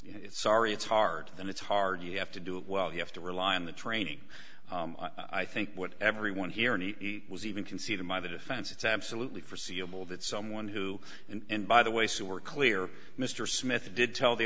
it's sorry it's hard and it's hard you have to do it well you have to rely on the training i think what everyone here and he was even can see them by the defense it's absolutely forseeable that someone who and by the way so we're clear mr smith did tell the